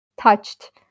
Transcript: touched